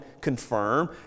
confirm